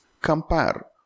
compare